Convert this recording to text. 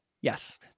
Yes